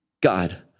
God